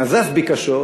נזף בי קשות